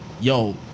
yo